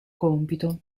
compito